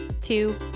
two